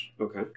Okay